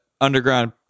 underground